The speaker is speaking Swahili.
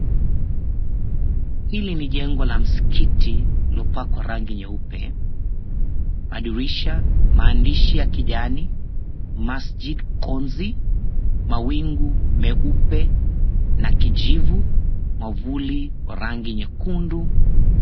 Hili ni jengo la msikiti, imepakwa rangi nyeupe. Madirisha, maandishi ya kijani Masjid Konzi, mawingu meupe na kijivu, mwavuli wa rangi nyekundu.